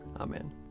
Amen